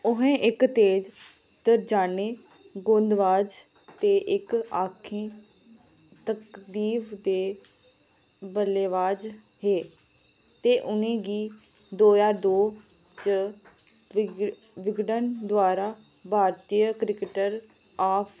ओह् इक तेज दरम्याने गेंदबाज ते इक आखे मद्ध तरतीब दे बल्लेबाज हे ते उ'नें गी दो ज्हार दो च विजडम द्वारा भारती क्रिकटर आफ